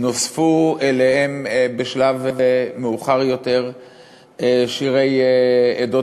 נוספו אליהן בשלב מאוחר יותר שירי עדות